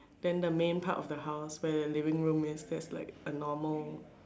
then the main part of the house where the living room is that's like a normal